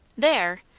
there!